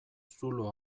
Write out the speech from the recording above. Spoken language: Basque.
zulo